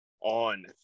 on